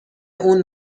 اون